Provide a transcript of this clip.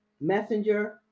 messenger